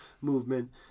movement